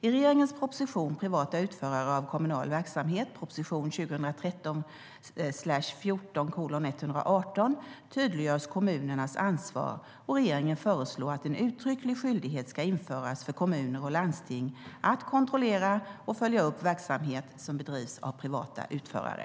I regeringens proposition Privata utförare av kommunal verksamhet tydliggörs kommunernas ansvar och regeringen föreslår att en uttrycklig skyldighet ska införas för kommuner och landsting att kontrollera och följa upp verksamhet som bedrivs av privata utförare.